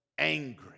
Angry